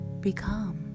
become